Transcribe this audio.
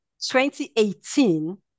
2018